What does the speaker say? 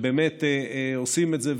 שבאמת עושים את זה,